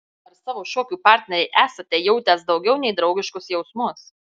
ar savo šokių partnerei esate jautęs daugiau nei draugiškus jausmus